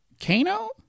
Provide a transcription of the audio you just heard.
Kano